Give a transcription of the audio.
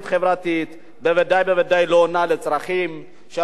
ודאי וודאי לא עונה על צרכים של אנשים שזקוקים לכך.